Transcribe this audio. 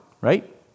Right